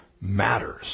matters